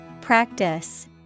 Practice